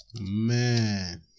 man